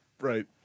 right